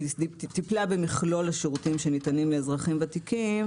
שטיפלה במכלול השירותים שניתנים לאזרחים ותיקים.